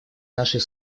нашей